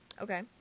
okay